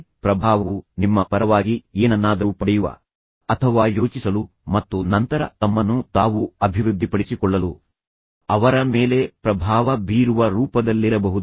ಆದ್ದರಿಂದ ಪ್ರಭಾವವು ನಿಮ್ಮ ಪರವಾಗಿ ಏನನ್ನಾದರೂ ಪಡೆಯುವ ಅಥವಾ ಯೋಚಿಸಲು ಮತ್ತು ನಂತರ ತಮ್ಮನ್ನು ತಾವು ಅಭಿವೃದ್ಧಿಪಡಿಸಿಕೊಳ್ಳಲು ಅವರ ಮೇಲೆ ಪ್ರಭಾವ ಬೀರುವ ರೂಪದಲ್ಲಿರಬಹುದು